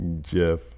Jeff